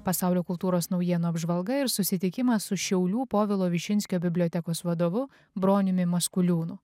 pasaulio kultūros naujienų apžvalga ir susitikimas su šiaulių povilo višinskio bibliotekos vadovu broniumi maskuliūnu